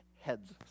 heads